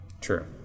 True